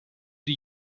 die